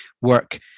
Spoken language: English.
work